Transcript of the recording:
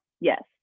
Yes